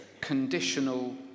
conditional